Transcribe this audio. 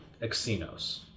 Exynos